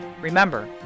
Remember